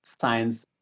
science